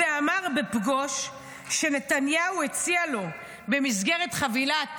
ואמר בפגוש שנתניהו הציע לו במסגרת חבילת